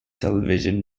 television